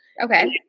Okay